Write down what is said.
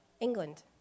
England